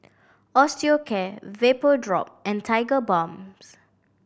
Osteocare Vapodrop and Tigerbalms